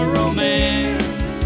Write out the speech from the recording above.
romance